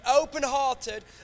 open-hearted